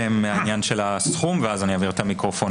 אתחיל מהעניין של הסכום ואז אעביר את המיקרופון